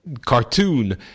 cartoon